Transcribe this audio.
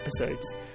episodes